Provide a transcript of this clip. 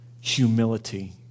Humility